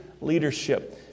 leadership